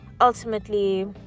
ultimately